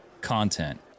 content